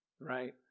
right